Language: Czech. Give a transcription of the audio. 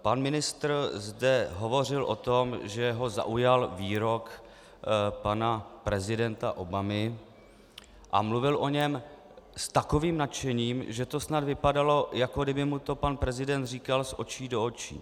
Pan ministr zde hovořil o tom, že ho zaujal výrok pana prezidenta Obamy, a mluvil o něm s takovým nadšením, že to snad vypadalo, jako kdyby mu to pan prezident říkal z očí do očí.